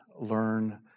learn